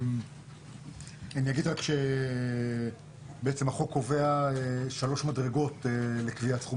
אני אגיד רק שהחוק קובע שלוש מדרגות לקביעת סכום